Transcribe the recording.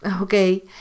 okay